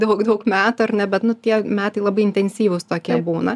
daug daug metų ar ne bet nu tie metai labai intensyvūs tokie būna